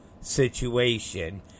situation